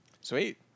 sweet